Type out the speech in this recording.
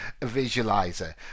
visualizer